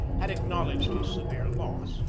had acknowledged his se vere loss,